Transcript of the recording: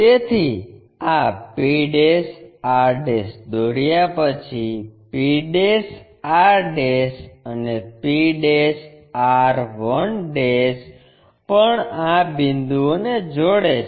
તેથી આ p r દોર્યા પછી p r અને p r 1 પણ આ બિંદુઓને જોડે છે